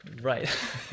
right